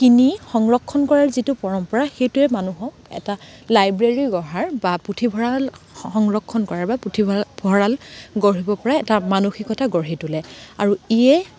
কিনি সংৰক্ষণ কৰাৰ যিটো পৰম্পৰা সেইটোৱে মানুহক এটা লাইব্ৰেৰী গঢ়াৰ বা পুথিভঁৰাল সংৰক্ষণ কৰাৰ বা পুথিভঁৰাল গঢ়িব পৰা এটা মানসিকতা গঢ়ি তোলে আৰু ইয়ে